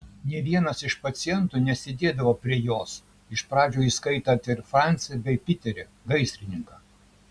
nė vienas iš pacientų nesėdėdavo prie jos iš pradžių įskaitant ir francį bei piterį gaisrininką